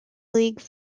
league